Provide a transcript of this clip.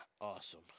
Awesome